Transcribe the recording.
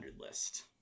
list